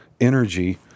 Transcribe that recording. energy